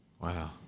Wow